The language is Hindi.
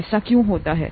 ऐसा क्यों होता है